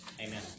Amen